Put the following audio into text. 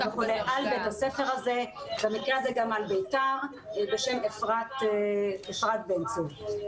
בשם אפרת בן צור.